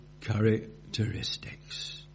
characteristics